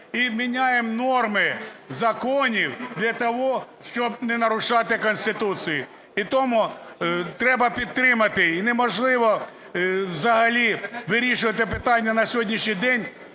і міняємо норми законів для того, щоб не нарушать Конституцію. І тому треба підтримати. І неможливо взагалі вирішувати питання на сьогоднішній день